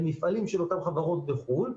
למפעלים של אותן חברות בחו"ל,